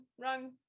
wrong